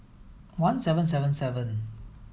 one seven seven seven